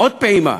עוד פעימה